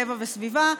טבע וסביבה,